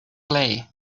clay